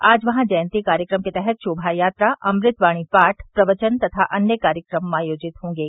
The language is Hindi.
आज वहां जयंती कार्यक्रम के तहत शोभा यात्रा अमृतवाणी पाठ प्रवचन तथा अन्य कार्यक्रम आयोजित होंगे